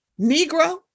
Negro